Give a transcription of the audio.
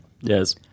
Yes